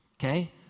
Okay